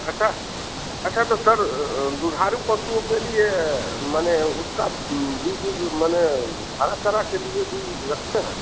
अच्छा अच्छा तो सर दुधारू पशुओं के लिए माने उसका बीज उज माने हर तरह के लिए बीज रखते हैं